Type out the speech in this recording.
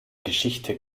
geschichte